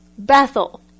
Bethel